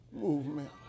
movement